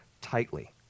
tightly